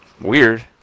Weird